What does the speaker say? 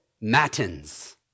Matins